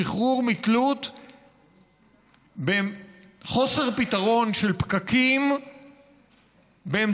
שחרור מתלות בחוסר פתרון של פקקים באמצעות